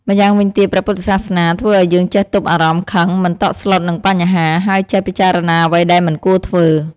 ម្យ៉ាងវិញទៀត ព្រះពុទ្ធសាសនាធ្វើឲ្យយើងចេះទប់អារម្មណ៍ខឹង មិនតក់ស្លុតនឹងបញ្ហា ហើយចេះពិចារណាអ្វីដែលមិនគួរធ្វើ។